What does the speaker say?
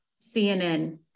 CNN